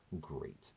great